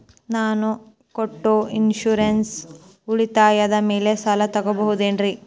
ನಾನು ಕಟ್ಟೊ ಇನ್ಸೂರೆನ್ಸ್ ಉಳಿತಾಯದ ಮೇಲೆ ಸಾಲ ತಗೋಬಹುದೇನ್ರಿ?